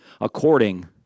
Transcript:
According